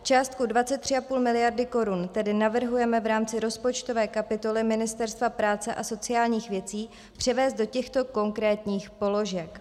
Částku 23,5 mld. korun tedy navrhujeme v rámci rozpočtové kapitoly Ministerstva práce a sociálních věcí převést do těchto konkrétních položek: